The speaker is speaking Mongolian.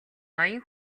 ноён